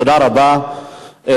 תודה רבה.